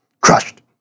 crushed